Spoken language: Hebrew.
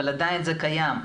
אבל עדיין זה קיים.